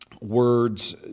words